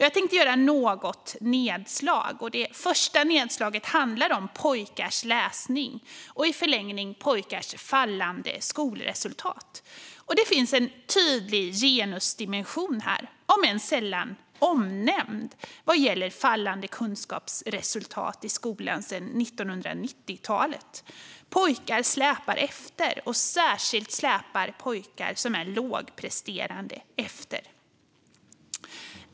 Jag tänker göra något nedslag. Det första nedslaget handlar om pojkars läsning och i förlängningen pojkars fallande skolresultat. Det finns en tydlig genusdimension här, om än sällan omnämnd, vad gäller fallande kunskapsresultat i skolan sedan 1990-talet. Pojkar släpar efter. Särskilt lågpresterande pojkar släpar efter.